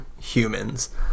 humans